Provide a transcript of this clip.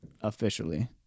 Officially